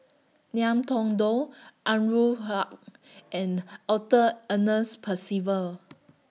Ngiam Tong Dow Anwarul Haque and Arthur Ernest Percival